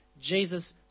Jesus